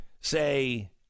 say